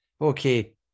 Okay